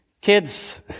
Kids